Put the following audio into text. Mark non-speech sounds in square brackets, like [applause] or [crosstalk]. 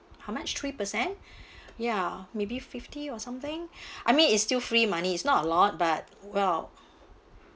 how much three percent [breath] ya maybe fifty or something [breath] I mean it still free money is not a lot but well